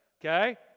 Okay